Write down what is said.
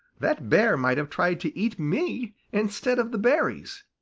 that bear might have tried to eat me instead of the berries.